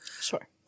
Sure